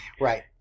Right